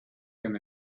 him